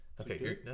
Okay